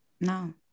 No